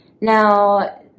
now